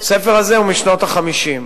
הספר הזה הוא משנות ה-50.